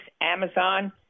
Amazon